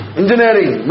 engineering